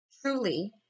truly